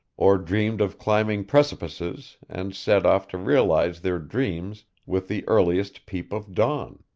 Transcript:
or dreamed of climbing precipices, and set off to realize their dreams with the earliest peep of dawn.